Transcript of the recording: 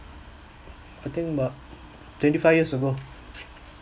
I think about twenty five years ago